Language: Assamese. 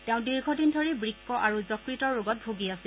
তেওঁ দীৰ্ঘদিন ধৰি বুক্ক আৰু যকৃতৰ ৰোগত ভুগি আছিল